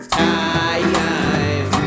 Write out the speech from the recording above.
time